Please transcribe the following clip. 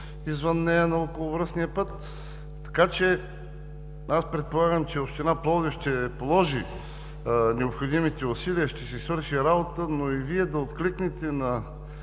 извън нея, на околовръстния път. Аз предполагам, че Община Пловдив ще положи необходимите усилия и ще си свърши работата, но и Вие да откликнете на